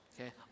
okay